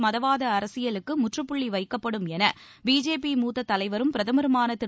மதவாத அரசியலுக்கு முற்றுப்புள்ளி எவக்கப்படும் என பிஜேபி மூத்த தலைவரும் பிரதமருமான திரு